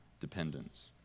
dependence